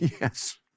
Yes